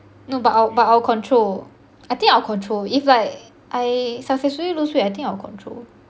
no but I'll but I'll control I think I will control if like I successfully lose weight I think I will control